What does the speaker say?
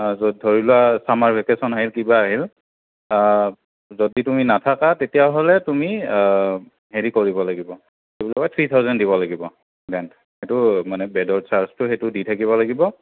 ধৰিলোৱা summer vacation আহিল কিবা আহিল যদি তুমি নাথাকা তেতিয়াহ'লে তুমি হেৰি কৰিব লাগিব থ্ৰী থাউজেণ্ড দিব লাগিব ৰেণ্ট সেইটো মানে বেডৰ চাৰ্ছটো সেইটো দি থাকিব লাগিব